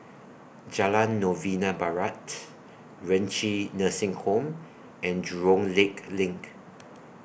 Jalan Novena Barat Renci Nursing Home and Jurong Lake LINK